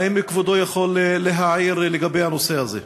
האם כבודו יכול להעיר לגבי הנושא הזה?